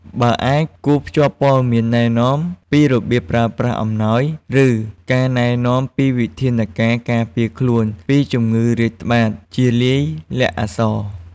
បើអាច គួរភ្ជាប់ព័ត៌មានណែនាំពីរបៀបប្រើប្រាស់អំណោយ ឬការណែនាំពីវិធានការការពារខ្លួនពីជំងឺរាតត្បាតជាលាយលក្ខណ៍អក្សរ។